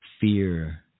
fear